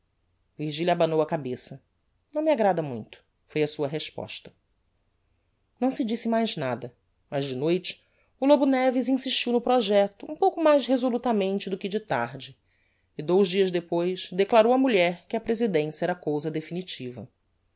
virgilia abanou a cabeça não me agrada muito foi a sua resposta não se disse mais nada mas de noite o lobo neves insistiu no projecto um pouco mais resolutamente do que de tarde e dous dias depois declarou á mulher que a presidencia era cousa definitiva